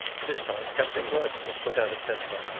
this time captain blood was put out of temper.